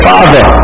Father